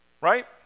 Right